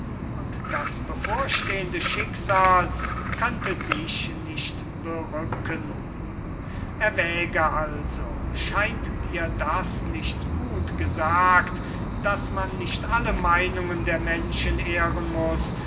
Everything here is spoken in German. und das bevorstehende schicksal könnte dich nicht berücken erwäge also scheint dir das nicht gut gesagt daß man nicht alle meinungen der menschen ehren muß